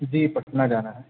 جی پٹنہ جانا ہے